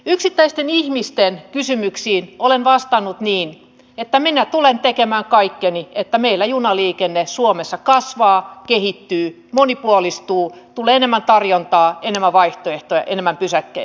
yksittäisten ihmisten kysymyksiin olen vastannut niin että minä tulen tekemään kaikkeni että meillä junaliikenne suomessa kasvaa kehittyy monipuolistuu tulee enemmän tarjontaa enemmän vaihtoehtoja enemmän pysäkkejä